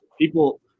People